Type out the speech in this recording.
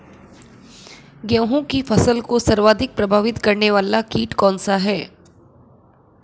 गेहूँ की फसल को सर्वाधिक प्रभावित करने वाला कीट कौनसा है?